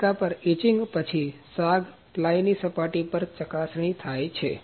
mica પર etching પછી સાગ પ્લાયની સપાટી પર ચકાસણી થાય છે